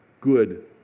good